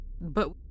But-